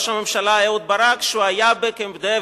הממשלה אהוד ברק כשהוא היה בקמפ-דייוויד.